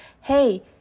hey